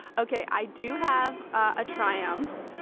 ok. i do have a triumph,